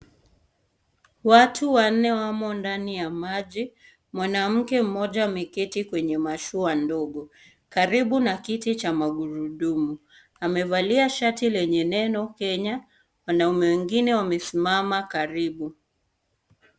Watu wanne wamo ndani ya maji. Mwanamke mmoja ameketi kwenye mashua ndogo, karibu na kiti cha magurudumu. Amevalia shati lenye neno Kenya, wanaume wengine wamesimama karibu.